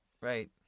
Right